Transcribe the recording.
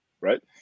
Right